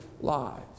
lives